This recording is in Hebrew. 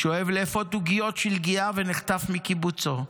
שאוהב לאפות עוגיות שלגייה, ונחטף מקיבוצו,